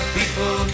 people